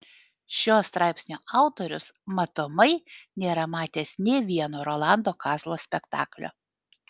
šio straipsnio autorius matomai nėra matęs nė vieno rolando kazlo spektaklio